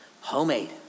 homemade